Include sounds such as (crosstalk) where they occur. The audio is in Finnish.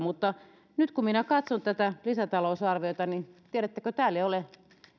(unintelligible) mutta nyt kun minä katson tätä lisätalousarviota niin tiedättekö täällä ei ole